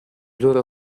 loro